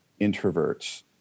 introverts